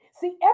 See